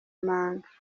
manga